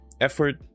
effort